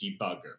debugger